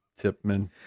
Tipman